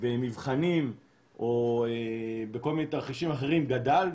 במבחנים או בכל מיני תרחישים אחרים גדל,